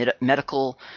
medical